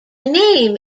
name